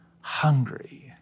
hungry